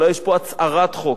אולי יש פה הצהרת חוק,